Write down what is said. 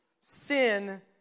sin